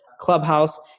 Clubhouse